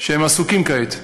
שהם עסוקים כעת.